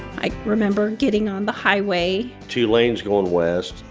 i remember getting on the highway. two lanes going west,